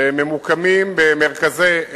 שממוקמים במרכזי הערים,